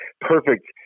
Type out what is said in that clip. perfect